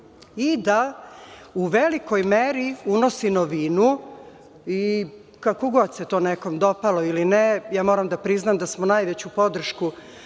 i da u velikoj meri unosi novinu. Kako god se to nekome dopalo ili ne, moram da priznam da smo najveću podršku